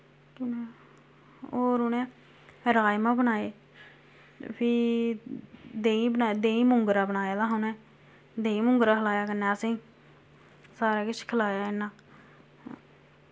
केह् बनाया होर उ'नें राजमां बनाए फ्ही देहीं बनाया देहीं मुंगरा बनाए दा हा उ'नें देहीं मुंगरा खलाया कन्नै असेंगी सारा किश खलाया इन्ना